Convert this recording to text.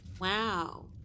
Wow